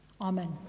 Amen